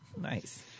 Nice